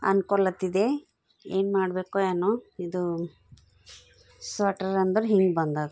ಅಂದ್ಕೊಳತ್ತಿದ್ದೆ ಏನು ಮಾಡಬೇಕೋ ಏನೋ ಇದು ಸ್ವೆಟರ್ರ್ ಅಂದರೆ ಹಿಂಗೆ ಬಂದಿದೆ